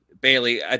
Bailey